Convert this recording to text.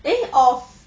eh you off